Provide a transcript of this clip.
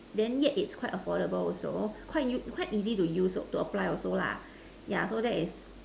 then yet it is quite affordable also quite quite easy to use to apply also lah yeah so that is